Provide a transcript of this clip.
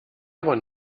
aber